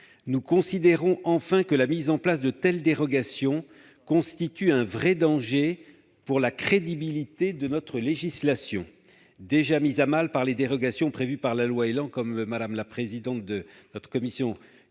Nous considérons enfin que la mise en place de telles dérogations constitue un danger réel pour la crédibilité de notre législation, déjà mise à mal par les dérogations prévues par la loi Élan votée le 23 novembre 2018, comme